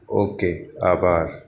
okay આભાર